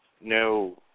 no